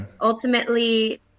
Ultimately